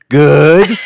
good